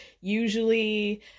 usually